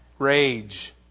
Rage